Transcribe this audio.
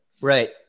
Right